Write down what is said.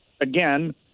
again